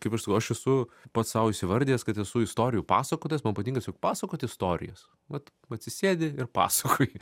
kaip aš sakau aš esu pats sau įsivardijęs kad esu istorijų pasakotojas man patinka tiesiog pasakot istorijas vat atsisėdi ir pasakoji